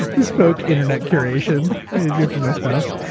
bespoke internet curation for my spouse.